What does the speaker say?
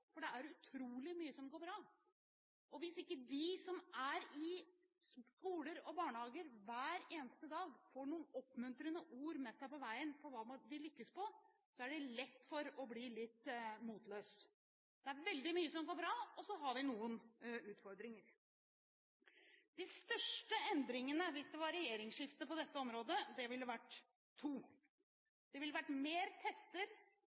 for det er utrolig mye som går bra. Hvis ikke de som er i skoler og barnehager hver eneste dag får noen oppmuntrende ord med seg på veien om hva en lykkes med, er det lett å bli litt motløs. Det er veldig mye som går bra, og så har vi noen utfordringer. Hvis det blir regjeringsskifte, vil det bli to store endringer på dette området. Det ville bli mer tester